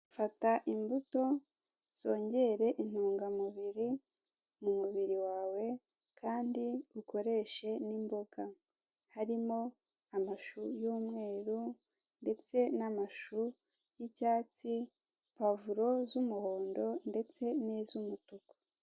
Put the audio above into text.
Fata imbuto zongere intungamubiri mu mubiri wawe kandi ukoreshe n'imboga harimo amashu y'umweru ndetse n'amashu y'icyatsi, pavuro z'umuhondo ndetse ni z’umutuku.